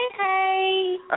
hey